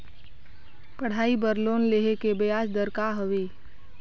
पढ़ाई बर लोन लेहे के ब्याज दर का हवे?